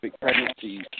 pregnancies